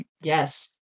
Yes